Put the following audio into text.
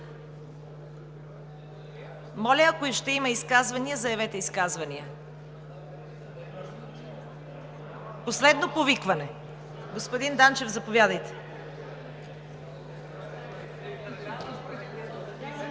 Моля, ако ще има изказвания, заявете изказвания. Последно повикване! Господин Данчев, заповядайте.